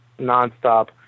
nonstop